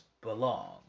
belong